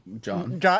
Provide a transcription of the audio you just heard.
John